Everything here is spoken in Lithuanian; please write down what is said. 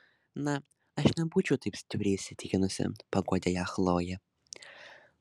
na aš nebūčiau taip stipriai įsitikinusi paguodė ją chlojė